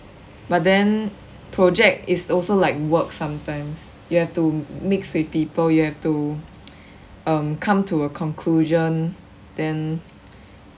but then project is also like work sometimes you have to mix with people you have to come to a conclusion then